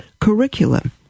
curriculum